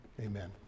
amen